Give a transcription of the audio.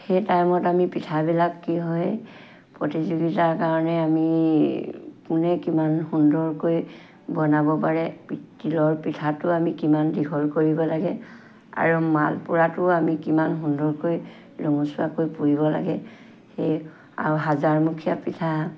সেই টাইমত আমি পিঠাবিলাক কি হয় প্ৰতিযোগিতাৰ কাৰণে আমি কোনে কিমান সুন্দৰকৈ বনাব পাৰে তিলৰ পিঠাটো আমি কিমান দীঘল কৰিব লাগে আৰু মালপোৰাটো আমি কিমান সুন্দৰকৈ ৰঙচুৱাকৈ পুৰিব লাগে সেই আৰু হাজাৰমুখীয়া পিঠা